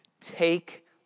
Take